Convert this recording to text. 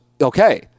okay